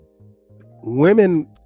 Women